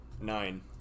Nine